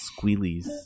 squealies